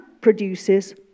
produces